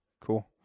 cool